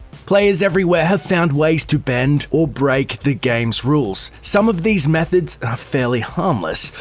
players everywhere have found ways to bend or break the game's rules. some of these methods are fairly harmless,